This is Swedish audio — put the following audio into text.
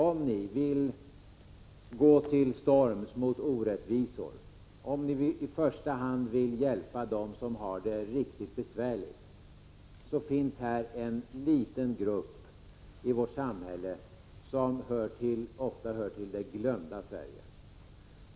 Om ni vill gå till storms mot orättvisor, om ni i första hand vill hjälpa dem som har det riktigt besvärligt, finns här en liten grupp i vårt samhälle som ofta hör till de glömda.